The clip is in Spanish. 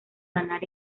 lanar